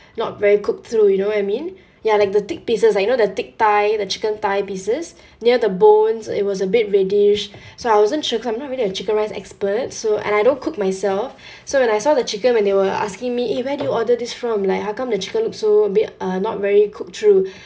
not very cooked through you know what I mean ya like the thick pieces I know the thick thigh the chicken thigh pieces near the bones it was a bit reddish so I wasn't sure cause I'm not really a chicken rice expert so and I don't cook myself so when I saw the chicken when they were asking me eh where did you order this from like how come the chicken look so a bit uh not very cooked through